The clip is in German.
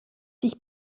sich